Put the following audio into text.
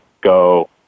go